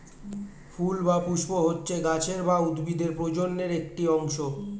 ফুল বা পুস্প হচ্ছে গাছের বা উদ্ভিদের প্রজননের একটি অংশ